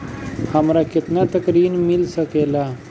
हमरा केतना तक ऋण मिल सके ला?